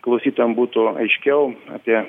klausytojam būtų aiškiau apie